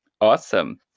awesome